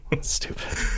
stupid